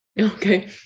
Okay